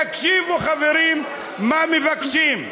תקשיבו, חברים, מה מבקשים: